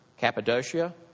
Cappadocia